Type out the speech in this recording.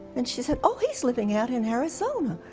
and she said, oh, he's living out in arizona.